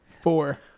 Four